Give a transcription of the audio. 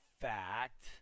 fact